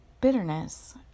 bitterness